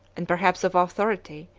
and perhaps of authority,